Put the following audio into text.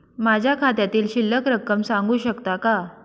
माझ्या खात्यातील शिल्लक रक्कम सांगू शकता का?